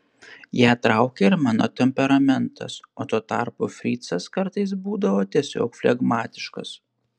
ją traukė ir mano temperamentas o tuo tarpu fricas kartais būdavo tiesiog flegmatiškas